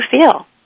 feel